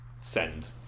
send